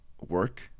work